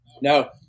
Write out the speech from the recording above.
No